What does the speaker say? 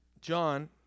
John